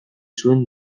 zuen